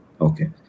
Okay